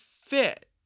fit